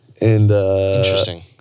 Interesting